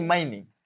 Mining